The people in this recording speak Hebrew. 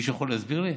מישהו יכול להסביר לי?